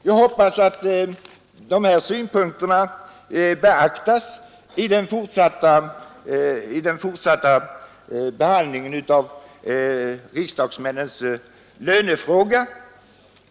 Jag hoppas dessa synpunkter beaktas i den fortsatta behandlingen av riksdagsmännens lönefråga.